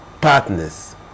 partners